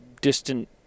distant